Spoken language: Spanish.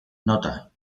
nota